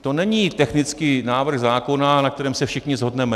To není technický návrh zákona, na kterém se všichni shodneme.